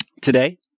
today